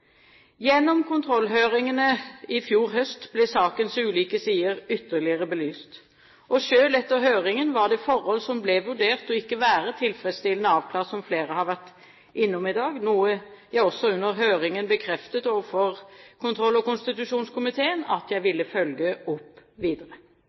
Gjennom kontrollhøringene i fjor høst ble sakens ulike sider ytterligere belyst. Selv etter høringen var det forhold som ble vurdert å ikke være tilfredsstillende avklart – som flere har vært innom i dag – noe jeg også under høringen bekreftet overfor kontroll- og konstitusjonskomiteen at jeg